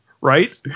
right